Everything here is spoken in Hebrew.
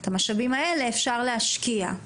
את המשאבים האלה אפשר להשקיע.